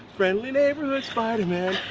friendly neighborhood spiderman,